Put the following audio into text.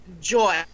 joy